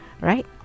Right